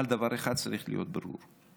אבל דבר אחד צריך להיות ברור.